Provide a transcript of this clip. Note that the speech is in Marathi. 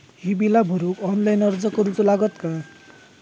ही बीला भरूक ऑनलाइन अर्ज करूचो लागत काय?